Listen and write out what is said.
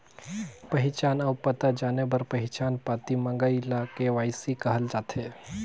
पहिचान अउ पता जाने बर पहिचान पाती मंगई ल के.वाई.सी कहल जाथे